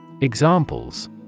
Examples